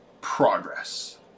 progress